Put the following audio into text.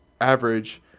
average